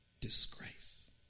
Disgrace